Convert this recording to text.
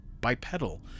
bipedal